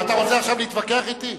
אתה רוצה עכשיו להתווכח אתי?